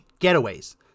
getaways